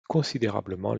considérablement